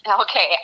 Okay